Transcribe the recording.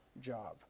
job